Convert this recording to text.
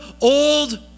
old